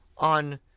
on